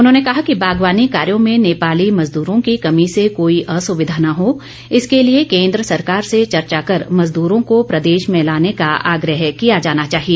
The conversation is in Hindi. उन्होंने कहा कि बागवानी कार्यों में नेपाली मजदूरो की कमी से कोई असुविधा न हो इसके लिए केन्द्र सरकार से चर्चा कर मजदूरो को प्रदेश में लाने का आग्रेह किया जाना चाहिए